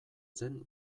zen